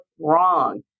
wrong